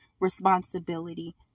responsibility